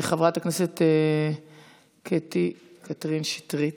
חברת הכנסת קטי קטרין שטרית.